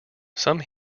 some